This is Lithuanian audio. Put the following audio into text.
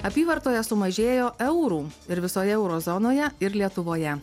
apyvartoje sumažėjo eurų ir visoje euro zonoje ir lietuvoje